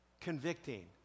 convicting